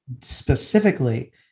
specifically